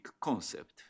concept